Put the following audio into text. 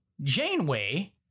Janeway